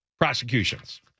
prosecutions